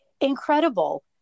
incredible